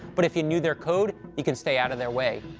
but if you knew their code, you could stay out of their way.